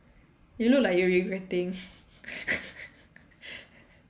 you look like you regretting